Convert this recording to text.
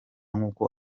nk’uko